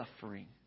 suffering